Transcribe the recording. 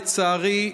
לצערי,